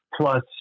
plus